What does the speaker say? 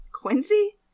Quincy